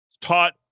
taught